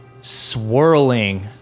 swirling